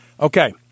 Okay